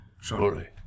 Sorry